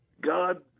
God